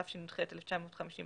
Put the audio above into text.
התשי"ח 1958,